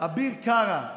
אביר קארה,